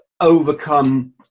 overcome